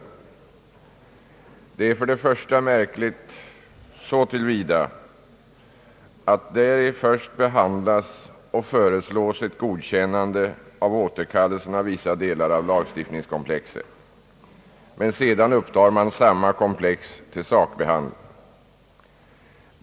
Detta är för det första märkligt så till vida som däri först behandlas och föreslås ett godkännande av återkallelsen av vissa delar av lagstiftningskomplexet, men sedan upptar man samma komplex till sakbehandling.